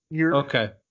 Okay